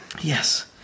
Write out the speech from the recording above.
Yes